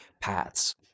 paths